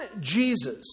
Jesus